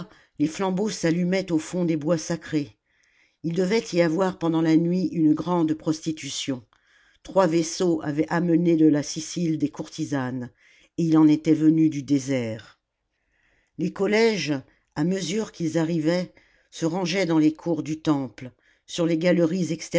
les flambeaux s'allumaient au fond des bois sacrés il devait y avoir pendant la nuit une grande prostitution trois vaisseaux avaient amené de la sicile des courtisanes et il en était venu du désert les collèges à mesure qu'ils arrivaient se rangeaient dans les cours du temple sur les galeries